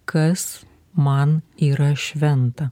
kas man yra šventa